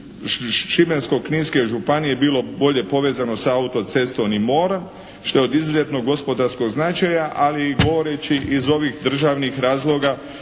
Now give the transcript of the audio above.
Šibensko-kninske županije bilo bolje povezano sa autocestom i morem, što je od izuzetnog gospodarskog značaja. Ali i govoreći iz ovih državnih razloga